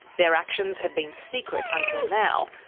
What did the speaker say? their actions have been secret until now,